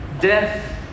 Death